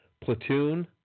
Platoon